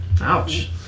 Ouch